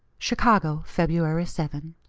chicago, feb. seven.